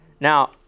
Now